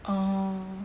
oh